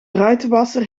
ruitenwasser